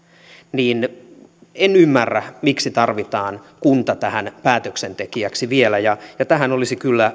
niin miksi tarvitaan kunta tähän päätöksentekijäksi vielä tähän olisi kyllä